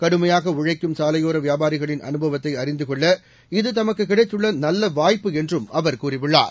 கடுமையாக உழைக்கும் சாலையோர வியாபாரிகளின் அனுபவத்தை அறிந்து கொள்ள இது தமக்கு கிடைத்துள்ள நல்ல வாய்ப்பு என்றும் அவர் கூறியுள்ளார்